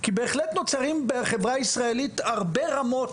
כי בהחלט נוצרים בחברה הישראלית הרבה רמות,